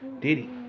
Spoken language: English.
diddy